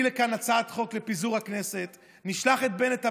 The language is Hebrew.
לכאן הצעת חוק לפיזור הכנסת ונשלח את בנט הביתה,